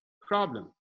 problem